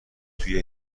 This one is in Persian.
توی